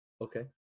Okay